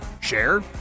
Share